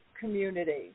community